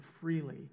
freely